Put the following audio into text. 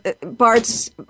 Bart's